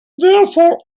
therefore